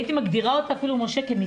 שהייתי מגדירה אותה אפילו כמצווה.